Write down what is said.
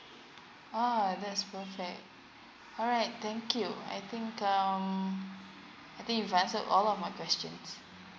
oh that's perfect alright thank you I think um I think you answered all of my questions